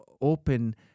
open